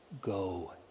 Go